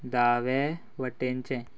दावे वटेनचें